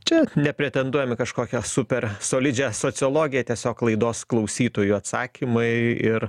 čia nepretenduojam į kažkokią super solidžią sociologiją tiesiog laidos klausytojų atsakymai ir